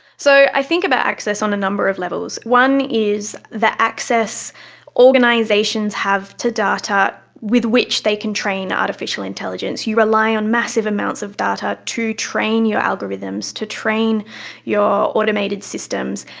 so i think about access on a number of levels. one is the access organisations have to data with which they can train artificial intelligence. you rely on massive amounts of data to train your algorithms, to train your automated systems.